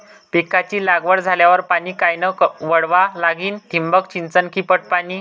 पिकाची लागवड झाल्यावर पाणी कायनं वळवा लागीन? ठिबक सिंचन की पट पाणी?